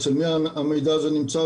אצל מי המידע הזה נמצא,